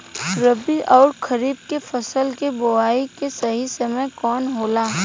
रबी अउर खरीफ के फसल के बोआई के सही समय कवन होला?